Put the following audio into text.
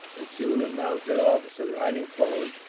and soon a mounted officer, riding forward,